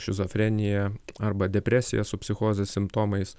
šizofrenija arba depresija su psichozės simptomais